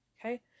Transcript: Okay